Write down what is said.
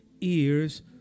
ears